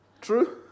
True